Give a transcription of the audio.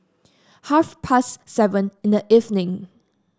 half past seven in the evening